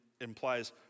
implies